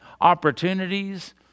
opportunities